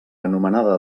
anomenada